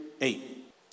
eight